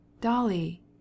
Dolly